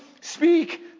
speak